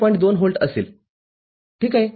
२ volt असेल ठीक आहे